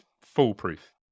foolproof